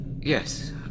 Yes